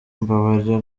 mbabarira